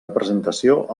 representació